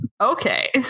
okay